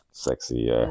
sexy